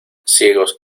ciegos